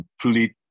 complete